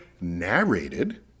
narrated